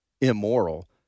immoral